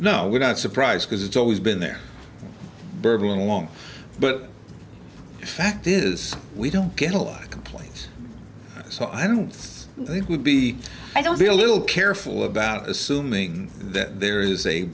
no we're not surprised because it's always been there long but fact is we don't get a lot of complaints so i don't think it would be i don't see a little careful about assuming that there is a